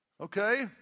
okay